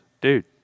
Dude